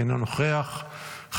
אינו נוכח,